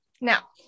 now